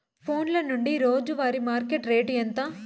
ఫోన్ల నుండి రోజు వారి మార్కెట్ రేటు ఎంత?